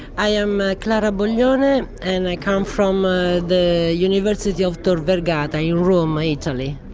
i am clara boglione, and i come from ah the university of tor vergata in roma, italy.